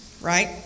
Right